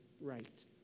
right